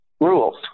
rules